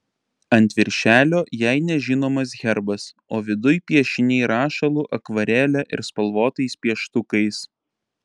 ant viršelio jai nežinomas herbas o viduj piešiniai rašalu akvarele ir spalvotais pieštukais